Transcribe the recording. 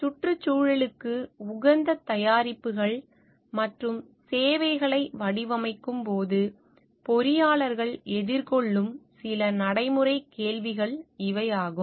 சுற்றுச்சூழலுக்கு உகந்த தயாரிப்புகள் மற்றும் சேவைகளை வடிவமைக்கும் போது பொறியாளர்கள் எதிர்கொள்ளும் சில நடைமுறை கேள்விகள் இவை ஆகும்